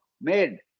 made